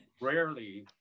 rarely